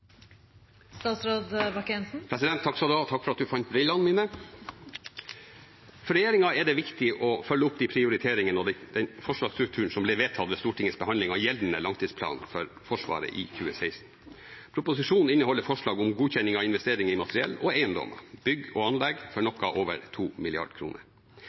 det viktig å følge opp de prioriteringene og den forsvarsstrukturen som ble vedtatt i Stortingets behandling av gjeldende langtidsplan for Forsvaret i 2016. Proposisjonen inneholder forslag om godkjenning av investeringer i materiell og eiendom, bygg og anlegg for